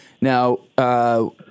Now